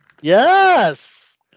Yes